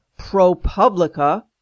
ProPublica